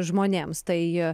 žmonėms tai